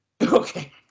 Okay